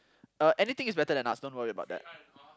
uh anything is better than us don't worry about that